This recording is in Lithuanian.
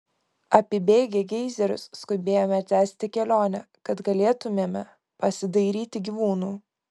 apibėgę geizerius skubėjome tęsti kelionę kad galėtumėme pasidairyti gyvūnų